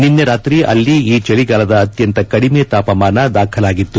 ನಿನ್ನೆ ರಾತ್ರಿ ಅಲ್ಲಿ ಈ ಚಳಿಗಾಲದ ಅತ್ಯಂತ ಕದಿಮೆ ತಾಪಮಾನ ದಾಖಲಾಗಿತ್ತು